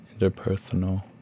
interpersonal